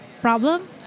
problem